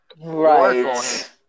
right